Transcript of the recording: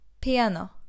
Piano